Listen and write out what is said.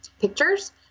pictures